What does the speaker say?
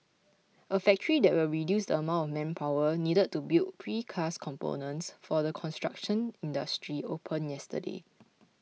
a factory that will reduce the amount manpower needed to build precast components for the construction industry opened yesterday